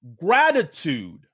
gratitude